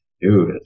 Dude